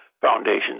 Foundation